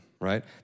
right